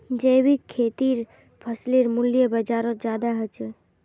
जैविक खेतीर फसलेर मूल्य बजारोत ज्यादा होचे